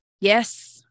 Yes